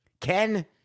Ken